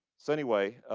so anyway,